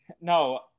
No